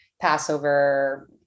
Passover